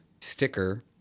sticker